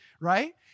right